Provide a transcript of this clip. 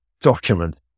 document